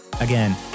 Again